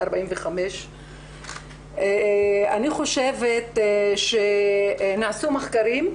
45. אני חושבת שנעשו מחקרים,